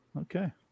Okay